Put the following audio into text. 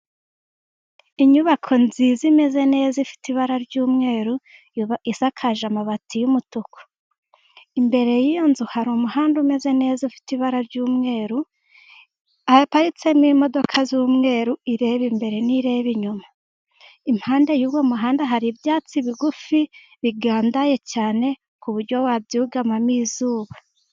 Inyubako nziza imeze neza ifite ibara ry'umweru, isakaje amabati y'umutuku. Imbere y'iyo nzu hari umuhanda umeze neza ufite ibara ry'umweru haparitsemo imodoka z'umweru, imwe ireba imbere indi ireba inyuma. Impande y'uwo muhanda hari ibyatsi bigufi bigandaye cyane ku buryo wabyugamamo izuba.